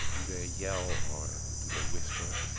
do they yell or do they whisper.